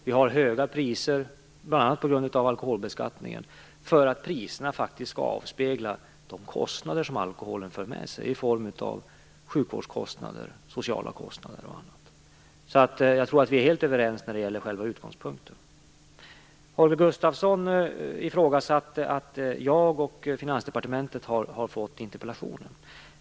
Vi har höga priser, bl.a. på grund av alkoholbeskattningen, för att priserna faktiskt skall avspegla de kostnader som alkoholen för med sig i form av sjukvårdskostnader, social kostnader och annat. Jag tror alltså att vi är helt överens när det gäller själva utgångspunkten. Holger Gustafsson ifrågasatte att jag och Finansdepartementet har fått interpellationen.